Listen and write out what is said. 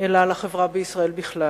אלא על החברה בישראל בכלל.